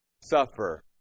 Suffer